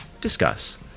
discuss